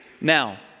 Now